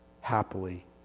Happily